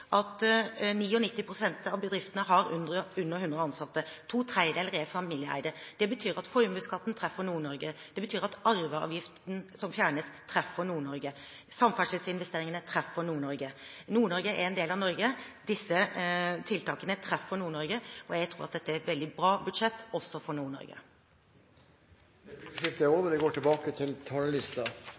at 99 pst. av bedriftene har under 100 ansatte. To tredjedeler er familieeide. Det betyr at formuesskatten treffer Nord-Norge, det betyr at arveavgiften som fjernes, treffer Nord-Norge. Samferdselsinvesteringene treffer Nord-Norge. Nord-Norge er en del av Norge, disse tiltakene treffer Nord-Norge, og jeg tror at dette er et veldig bra budsjett også for Nord-Norge. Replikkordskiftet er omme. Jeg har brukt noen av de første ukene i denne sesjonen til